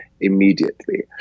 immediately